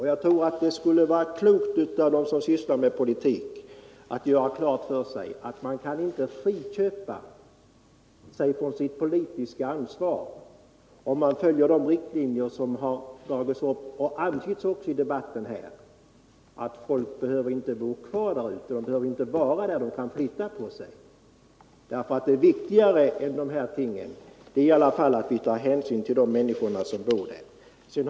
Jag tror att det skulle vara klokt av dem som sysslar med politik att göra klart för sig att man inte kan köpa sig fri från sitt politiska ansvar genom att följa de riktlinjer som har dragits upp och även antytts här i debatten, att folk inte behöver bo kvar där ute, inte behöver vara där, utan kan flytta på sig. För viktigare än dessa ting är i alla fall att vi tar hänsyn till de människor som bor där.